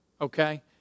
okay